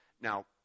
Now